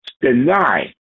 deny